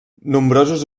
nombrosos